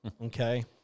Okay